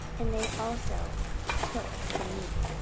and they also took some meat.